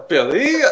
Billy